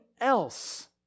else